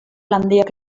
handiak